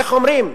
איך אומרים,